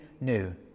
new